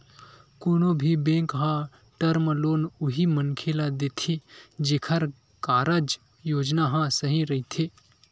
कोनो भी बेंक ह टर्म लोन उही मनखे ल देथे जेखर कारज योजना ह सही रहिथे